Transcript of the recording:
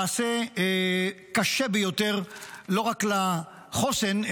מעשה קשה ביותר לא רק לחוסן,